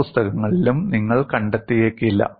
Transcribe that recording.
പല പുസ്തകങ്ങളിലും നിങ്ങൾ കണ്ടെത്തിയേക്കില്ല